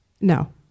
No